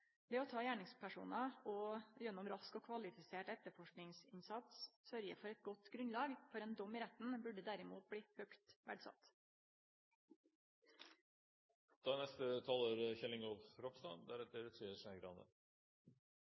Det å ta gjerningspersonar og gjennom rask og kvalifisert etterforskingsinnsats sørgje for eit godt grunnlag for ein dom i retten, burde derimot bli høgt